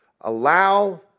allow